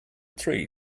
tree